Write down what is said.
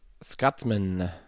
scotsman